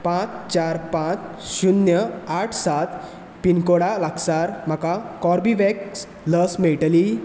पांच चार पांच शुन्य आठ सात पिनकोडा लागसार म्हाका कॉर्बेवॅक्स लस मेळटली